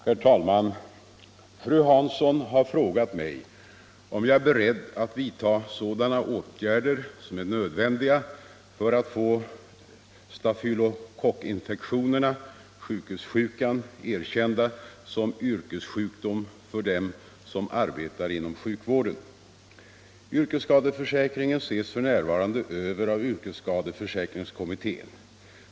Herr talman! Fru Hansson har frågat mig om jag är beredd att vidta sådana åtgärder som är nödvändiga för att få stafylokockinfektionerna, ”sjukhussjukan”, erkända som yrkessjukdom för dem som arbetar inom sjukvården. Yrkesskadeförsäkringen ses f.n. över av yrkesskadeförsäkringskommittén.